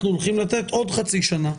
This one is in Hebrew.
אנחנו הולכים לתת עוד חצי שנה.